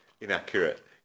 inaccurate